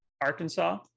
arkansas